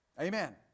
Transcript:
Amen